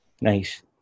Nice